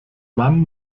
mann